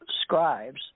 scribes